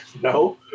No